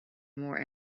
more